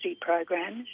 programs